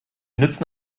nützen